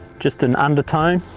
just an undertone.